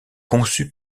conçus